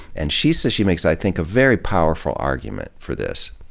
and she says, she makes i think a very powerful argument for this.